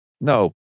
no